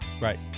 right